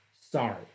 Sorry